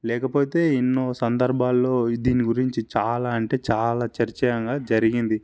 లేకపోతే ఎన్నో సందర్భాల్లో దీని గురించి చాలా అంటే చాలా చర్చగా జరిగింది